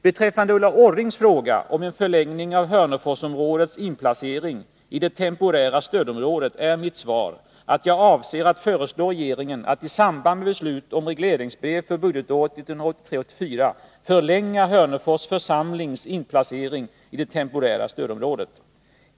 Beträffande Ulla Orrings fråga om en förlängning av Hörneforsområdets inplacering i det temporära stödområdet är mitt svar att jag avser att föreslå regeringen att i samband med beslut om regleringsbrev för budgetåret 1983/84 förlänga Hörnefors församlings inplacering i det temporära stödområdet.